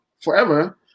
forever